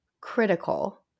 critical